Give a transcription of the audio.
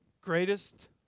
greatest